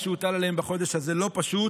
העומס שהוטל עליהם בחודש הזה לא פשוט,